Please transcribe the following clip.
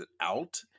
out